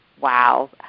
Wow